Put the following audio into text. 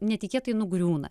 netikėtai nugriūna